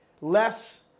less